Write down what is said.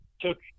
took